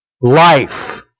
life